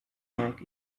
mark